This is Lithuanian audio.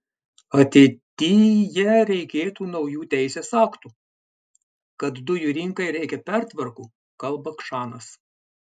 ateityje reikėtų naujų teisės aktų kad dujų rinkai reikia pertvarkų kalba kšanas